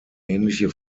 ähnliche